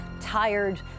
tired